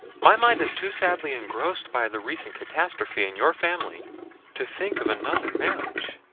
my mind is too sadly engrossed by the recent catastrophe in your family to think of another marriage.